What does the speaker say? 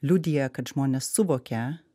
liudija kad žmonės suvokia